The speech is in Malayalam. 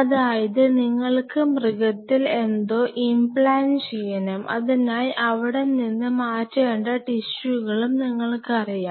അതായത് നിങ്ങൾക്ക് മൃഗത്തിൽ എന്തോ ഇമ്പ്ലാൻറ് ചെയ്യണം അതിനായി അവിടെ നിന്ന് മാറ്റേണ്ട ടിഷ്യുകളും നിങ്ങൾക്കറിയാം